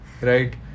Right